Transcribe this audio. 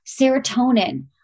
serotonin